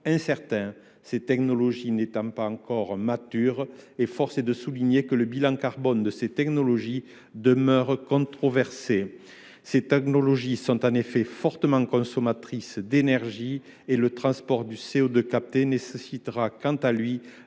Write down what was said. incertains, ces technologies n’étant pas encore matures. En outre, force est de souligner que le bilan carbone de ces technologies demeure controversé. Elles sont, en effet, fortement consommatrices d’énergie, et le transport du CO2 capté nécessitera quant à lui